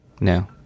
No